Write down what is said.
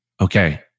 okay